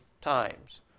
times